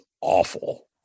awful